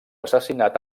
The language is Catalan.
assassinat